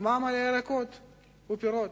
מע"מ על ירקות ופירות.